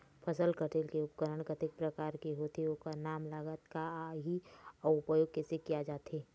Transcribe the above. फसल कटेल के उपकरण कतेक प्रकार के होथे ओकर नाम लागत का आही अउ उपयोग कैसे किया जाथे?